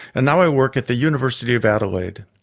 and now i work at the university of adelaide.